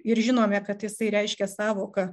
ir žinome kad jisai reiškia sąvoka